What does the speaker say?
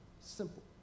Simple